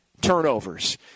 turnovers